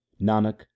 Nanak